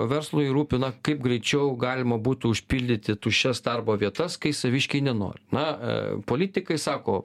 verslui rūpi na kaip greičiau galima būtų užpildyti tuščias darbo vietas kai saviškiai nenori na politikai sako